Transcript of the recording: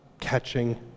catching